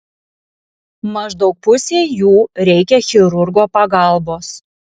maždaug pusei jų reikia chirurgo pagalbos